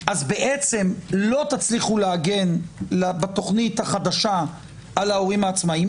אז בעצם לא תצליחו להגן בתוכנית החדשה על ההורים העצמאיים,